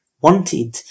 wanted